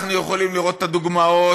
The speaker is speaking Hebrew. אנחנו יכולים לראות את הדוגמאות